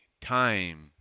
time